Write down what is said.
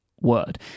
Word